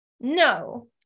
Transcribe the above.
no